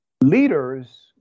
Leaders